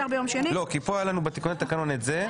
כי פה היה לנו בתיקוני התקנון את זה,